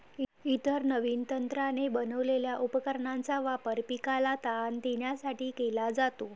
इतर नवीन तंत्राने बनवलेल्या उपकरणांचा वापर पिकाला ताण देण्यासाठी केला जातो